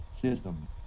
system